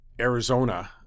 Arizona